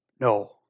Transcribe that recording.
No